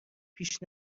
پیش